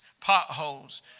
potholes